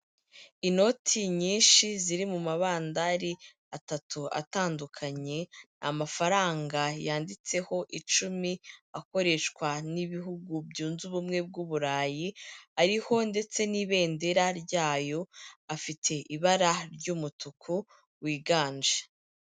Inoti nyinshi ziri mu mabandari atatu atandukanye, amafaranga yanditseho icumi, akoreshwa n'ibihugu byunze ubumwe bw'Uburayi, ariho ndetse n'ibendera ryayo, afite ibara ry'umutuku wiganje.